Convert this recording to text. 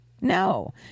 No